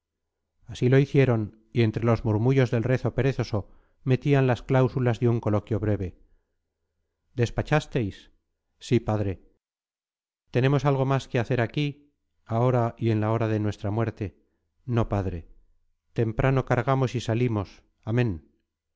así lo hicieron y entre los murmullos del rezo perezoso metían las cláusulas de un coloquio breve despachasteis sí padre tenemos algo más que hacer aquí ahora y en la hora de nuestra muerte no padre temprano cargamos y salimos amén